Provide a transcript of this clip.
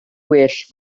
well